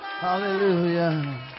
Hallelujah